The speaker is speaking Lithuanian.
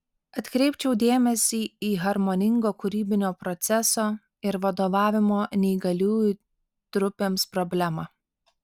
atkreipčiau dėmesį į harmoningo kūrybinio proceso ir vadovavimo neįgaliųjų trupėms problemą